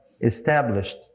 established